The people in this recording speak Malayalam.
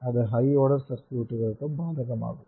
അത് ഹൈ ഓർഡർ സർക്യൂട്ടുകൾക്കും ബാധകമാകും